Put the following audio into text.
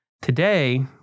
Today